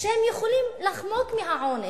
שהם יכולים לחמוק מהעונש.